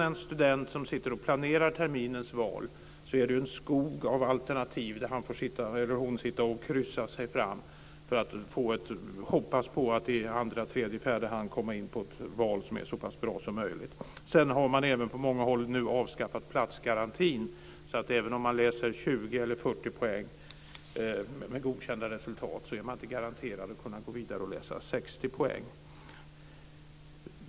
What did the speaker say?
En student som sitter och planerar terminens val har ju en skog av alternativ han eller hon får sitta och kryssa sig fram igenom för att kunna hoppas komma in på ett andra-, tredje eller fjärdehandsval som är så bra som möjligt. Sedan har man även på många håll avskaffat platsgarantin. Även om man läser 20 eller 40 poäng med godkända resultat är man inte garanterad att kunna gå vidare och läsa 60 poäng.